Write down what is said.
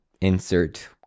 insert